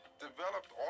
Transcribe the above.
developed